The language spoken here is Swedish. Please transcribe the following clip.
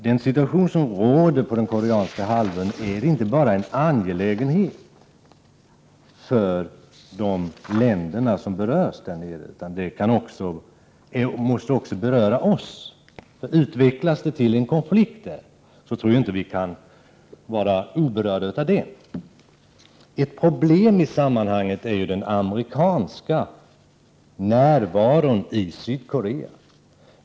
Den situation som råder på den koreanska halvön är inte bara en angelägenhet för de länder där som är inblandade. Den måste också beröra oss. Om det hela utvecklas till en konflikt kan vi inte vara oberörda. Ett problem i sammanhanget är den amerikanska närvaron i Sydkorea.